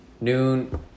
noon